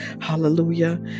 Hallelujah